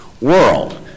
world